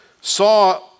saw